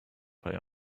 pay